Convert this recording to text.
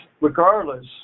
regardless